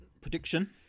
prediction